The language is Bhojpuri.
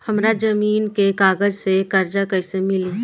हमरा जमीन के कागज से कर्जा कैसे मिली?